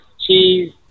cheese